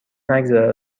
نگذره